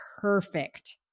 perfect